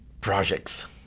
Projects